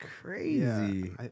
crazy